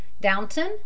Downton